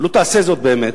אם תעשה זאת באמת,